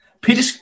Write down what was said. Peter